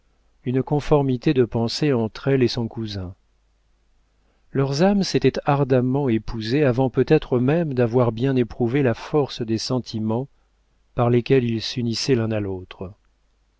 une conformité de pensée entre elle et son cousin leurs âmes s'étaient ardemment épousées avant peut-être même d'avoir bien éprouvé la force des sentiments par lesquels ils s'unissaient l'un à l'autre